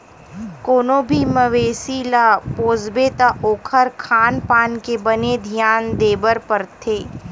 कोनो भी मवेसी ल पोसबे त ओखर खान पान के बने धियान देबर परथे